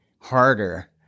harder